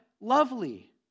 lovely